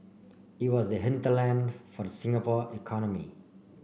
it was the hinterland for the Singapore economy